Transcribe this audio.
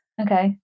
Okay